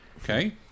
Okay